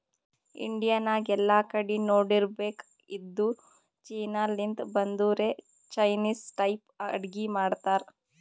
India ನಾಗ್ ಎಲ್ಲಾ ಕಡಿ ನೋಡಿರ್ಬೇಕ್ ಇದ್ದೂರ್ ಚೀನಾ ಲಿಂತ್ ಬಂದೊರೆ ಚೈನಿಸ್ ಟೈಪ್ ಅಡ್ಗಿ ಮಾಡ್ತಾವ್